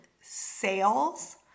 sales